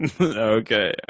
Okay